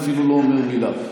אפילו לא אומר מילה.